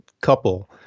couple